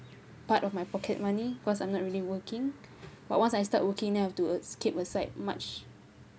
part of my pocket money cause I'm not really working but once I start working then I have to uh keep aside much